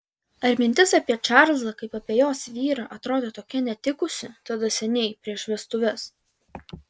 ar mintis apie čarlzą kaip apie jos vyrą atrodė tokia netikusi tada seniai prieš vestuves